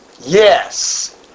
Yes